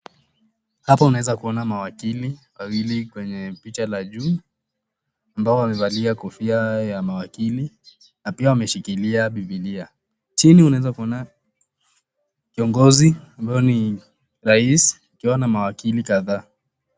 Hapa unaweza kuona mawakili wawili kwenye picha la juu ambao wamevalia kofia ya mawakili na pia wameshikilia bibilia, chini unaweza kuona kiongozi ambaye ni rais akiwa na mawakili kadhaa.